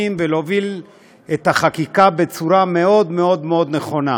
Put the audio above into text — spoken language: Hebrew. ולהוביל את החקיקה בצורה מאוד מאוד נכונה.